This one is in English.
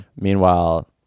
Meanwhile